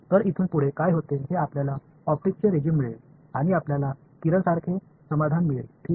तर इथून पुढे काय होते हे आपल्याला ऑप्टिक्सचे रेजिम मिळेल आणि आपल्याला किरण सारखे समाधान मिळेल ठीक आहे